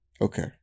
Okay